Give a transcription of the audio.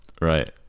Right